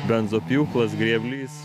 benzopjūklas grėblys